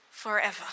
forever